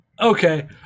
Okay